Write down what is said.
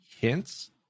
hints